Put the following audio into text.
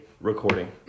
recording